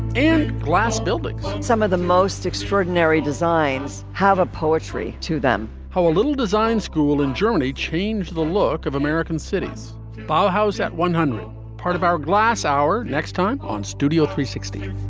and glass buildings. some of the most extraordinary designs have a poetry to them. how a little design school in germany changed the look of american cities but house at one hundred part of our glass our next time on studio three hundred